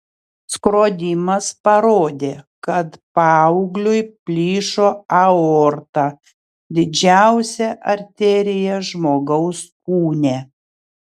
skrodimas parodė kad paaugliui plyšo aorta didžiausia arterija žmogaus kūne